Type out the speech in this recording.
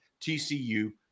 TCU